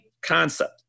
concept